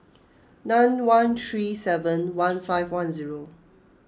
nine one three seven one five one zero